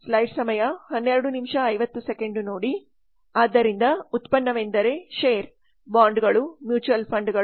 ಆದ್ದರಿಂದ ಉತ್ಪನ್ನವೆಂದರೆ ಶೇರ್ ಬಾಂಡ್ಗಳು ಮ್ಯೂಚುಯಲ್ ಫಂಡ್ಗಳು